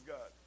God